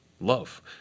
love